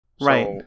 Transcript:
Right